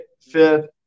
fifth